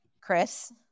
Chris